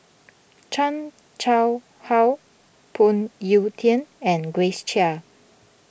Chan Chang How Phoon Yew Tien and Grace Chia